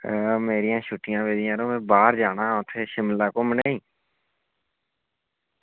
आं मेरियां छुट्टियां पेदियां यरो बाहर जाना हा उत्थें शिमला घुम्मनै ई